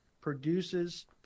produces